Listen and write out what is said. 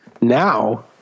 now